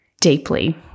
deeply